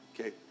Okay